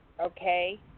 Okay